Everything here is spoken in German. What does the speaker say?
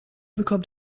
bekommt